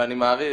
ואני מעריך